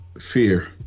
fear